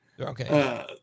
Okay